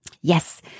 Yes